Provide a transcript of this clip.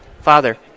Father